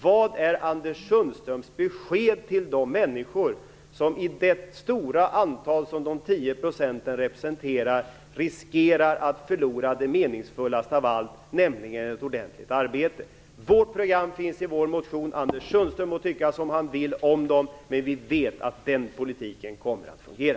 Vad är Anders Sundströms besked till de människor som i det stora antal som de tio procenten representerar riskerar att förlora, det mest meningsfulla av allt, nämligen ett ordentligt arbete. Vårt program finns i vår motion. Anders Sundström må tycka som han vill om det, men vi vet att den politiken kommer att fungera.